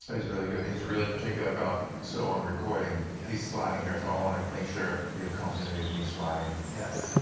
but he's really good. and he's really particular about, so on the recording, he's sliding here, so i want to make sure we have continuity of me sliding. yeah.